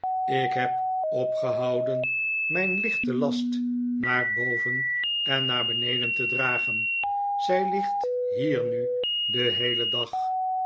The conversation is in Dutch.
ik neb opgehouden mijn lichten last naar boven en naar beneden te dragen zij ligt hier nu den heelen dag